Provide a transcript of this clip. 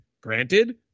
Granted